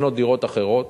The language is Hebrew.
לקנות דירות אחרות.